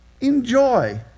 enjoy